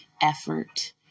effort